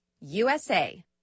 USA